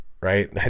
right